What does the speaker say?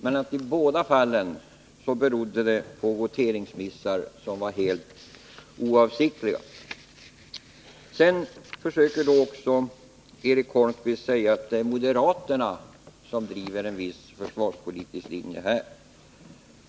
Sedan sade Eric Holmqvist att det är moderaterna som driver en viss försvarspolitisk linje.